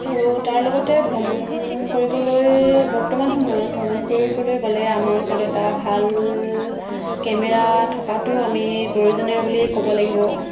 আৰু তাৰ লগতে ভ্ৰমণ কৰিবলৈ বৰ্তমান সময়ত ভ্ৰমণ কৰিবলৈ গ'লে আমাৰ ওচৰত এটা ভাল কেমেৰা থকাটো আমি প্ৰয়োজনীয় বুলি ক'ব লাগিব